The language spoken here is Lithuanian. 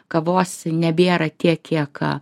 kavos nebėra tiek kiek a